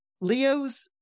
Leos